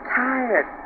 tired